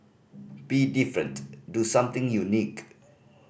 be different do something unique